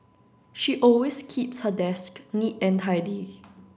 she always keeps her desk neat and tidy